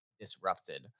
disrupted